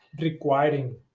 requiring